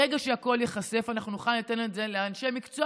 ברגע שהכול ייחשף אנחנו נוכל לתת את זה לאנשי מקצוע